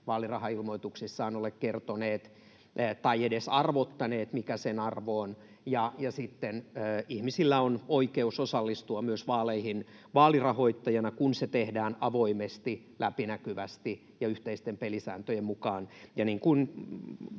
vaalirahailmoituksissaan ole kertoneet tai edes arvottaneet, mikä sen arvo on. Ja sitten ihmisillä on oikeus osallistua vaaleihin myös vaalirahoittajana, kun se tehdään avoimesti, läpinäkyvästi ja yhteisten pelisääntöjen mukaan.